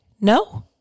no